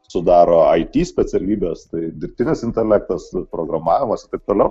sudaro au ty specialybės tai dirbtinis intelektas programavimas ir toliau